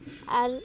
ଆର୍